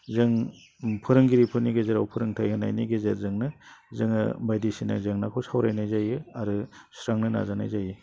जों फोरोंगिरिफोरनि गेजेराव फोरोंथाइ होनायनि गेजेरजोंनो जोङो बायदिसिना जेंनाखौ सावरायनाय जायो आरो सुस्रांनो नाजानाय जायो